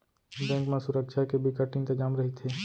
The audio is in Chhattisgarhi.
बेंक म सुरक्छा के बिकट इंतजाम रहिथे